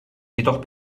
jedoch